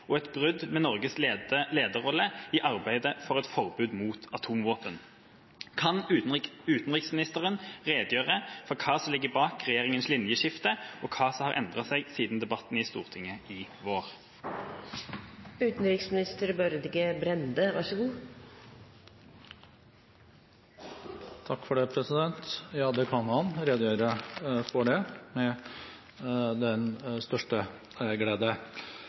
og et brudd med Norges lederrolle i arbeidet for et forbud mot atomvåpen. Kan utenriksministeren redegjøre for hva som ligger bak regjeringens linjeskift, og hva som har endret seg siden debatten i